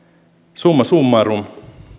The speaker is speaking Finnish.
summa summarum